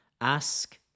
Ask